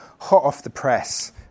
hot-off-the-press